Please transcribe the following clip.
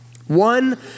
One